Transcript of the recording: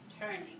turning